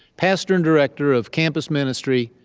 pastor and director of campus ministry,